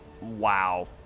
wow